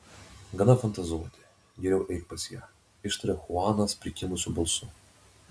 gana fantazuoti geriau eik pas ją ištaria chuanas prikimusiu balsu